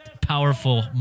powerful